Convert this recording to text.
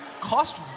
cost